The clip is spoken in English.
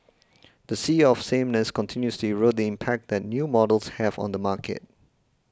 the sea of sameness continues to erode the impact that new models have on the market